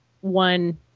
one